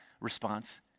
response